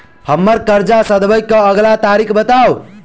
हम्मर कर्जा सधाबई केँ अगिला तारीख बताऊ?